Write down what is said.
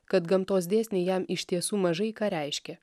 kad gamtos dėsniai jam iš tiesų mažai ką reiškia